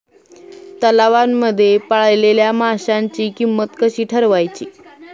तलावांमध्ये पाळलेल्या माशांची किंमत कशी ठरवायची?